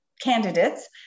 candidates